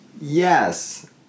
Yes